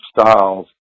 styles